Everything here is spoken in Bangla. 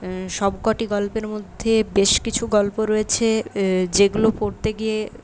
সবকটি গল্পের মধ্যে বেশ কিছু গল্প রয়েছে যেগুলো পড়তে গিয়ে